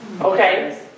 Okay